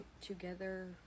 Together